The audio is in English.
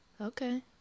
Okay